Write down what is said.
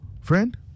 friend